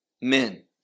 men